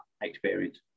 experience